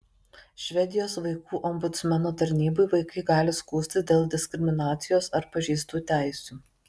švedijos vaikų ombudsmeno tarnybai vaikai gali skųstis dėl diskriminacijos ar pažeistų teisių